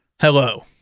Hello